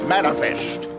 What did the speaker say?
Manifest